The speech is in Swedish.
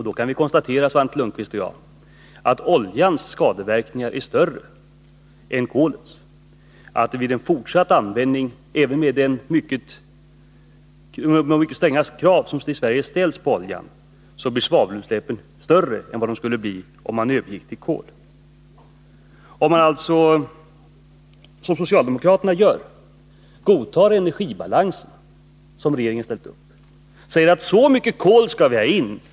Då kan vi konstatera, Svante Lundkvist och jag, att oljans skadeverkningar är större än kolets. Trots de mycket stränga krav som ställs på oljan i Sverige blir svavelutsläppet vid en fortsatt användning större än det skulle bli om vi övergick till kol. Socialdemokraterna godtar den energibalans som regeringen ställt upp. De säger: Så här mycket kol skall vi ha in.